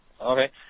Okay